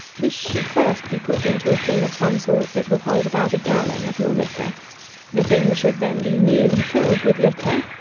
this should first be put into a thing of some sort that will hold about a gallon of your liquor the thing should then be nearly filled with liquor,